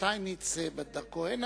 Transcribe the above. התשס"ט 2009,